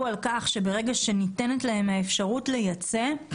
על כך שברגע שניתנת להם האפשרות לייצא,